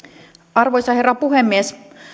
arvoisa herra puhemies